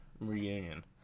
reunion